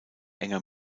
enger